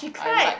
I like